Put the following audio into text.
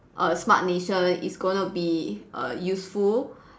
a smart nation is going to be err useful